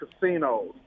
casinos